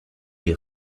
les